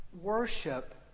Worship